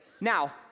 Now